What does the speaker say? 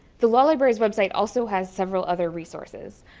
the law library's website also has several other resources,